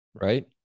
right